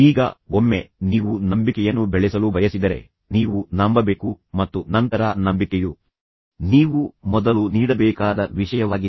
ಈಗ ಒಮ್ಮೆ ನೀವು ನಂಬಿಕೆಯನ್ನು ಬೆಳೆಸಲು ಬಯಸಿದರೆ ನೀವು ನಂಬಬೇಕು ಮತ್ತು ನಂತರ ನಂಬಿಕೆಯು ನೀವು ಮೊದಲು ನೀಡಬೇಕಾದ ವಿಷಯವಾಗಿದೆ